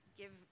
Give